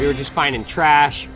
you know just finding trash,